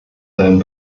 seinen